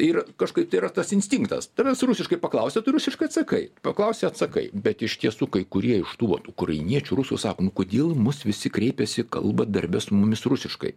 yra kažkaip tai yra tas instinktas tavęs rusiškai paklausė tu rusiškai atsakai paklausė atsakai bet iš tiesų kai kurie iš tų vat ukrainiečių rusų sakom nu kodėl į mus visi kreipėsi kalba darbe su mumis rusiškai